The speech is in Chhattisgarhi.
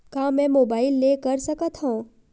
का मै मोबाइल ले कर सकत हव?